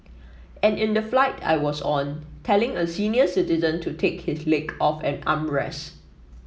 and in the flight I was on telling a senior citizen to take his leg off an armrest